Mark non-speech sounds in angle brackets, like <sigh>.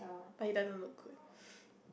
but it doesn't look good <laughs>